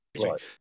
Right